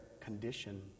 condition